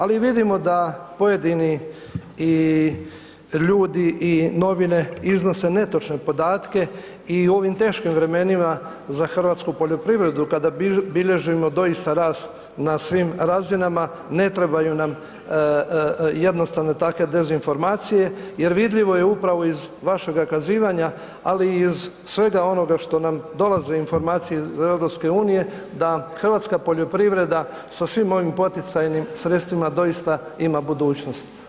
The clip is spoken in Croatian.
Ali vidimo da pojedini i ljudi i novine iznose netočne podatke i u ovim teškim vremenima za hrvatsku poljoprivredu kada bilježimo doista rast na svim razinama ne trebaju nam jednostavno takve dezinformacije jer vidljivo je upravo iz vašega kazivanja, ali iz svega onoga što nam dolaze informacije iz EU da hrvatska poljoprivreda sa svim ovim poticajnim sredstvima doista ima budućnost.